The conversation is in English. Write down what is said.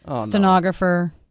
stenographer